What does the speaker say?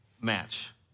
match